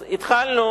אז התחלנו